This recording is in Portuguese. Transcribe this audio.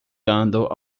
andam